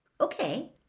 okay